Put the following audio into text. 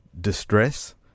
distress